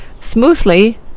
smoothly